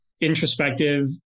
introspective